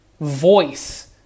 voice